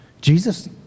Jesus